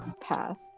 path